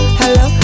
hello